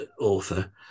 author